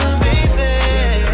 baby